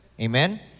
Amen